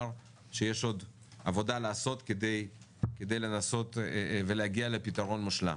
שיש עוד עבודה לעשות כדי לנסות ולהגיע לפתרון מושלם.